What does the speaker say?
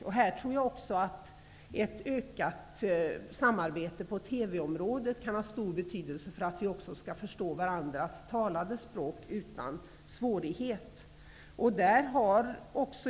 Jag tror också att ett ökat samarbete på TV området kan ha stor betydelse för att vi utan svårighet skall kunna förstå även varandras talade språk.